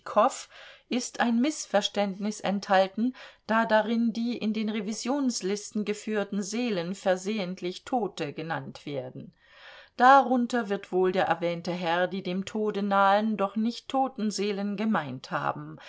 ist ein mißverständnis enthalten da darin die in den revisionslisten geführten seelen versehentlich tote genannt werden darunter wird wohl der erwähnte herr die dem tode nahen doch nicht toten seelen gemeint haben